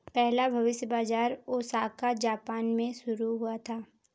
पहला भविष्य बाज़ार ओसाका जापान में शुरू हुआ था